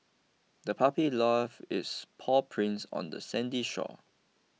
the puppy left its paw prints on the sandy shore